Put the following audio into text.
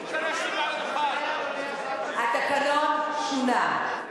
התקנון שונה.